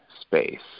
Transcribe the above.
space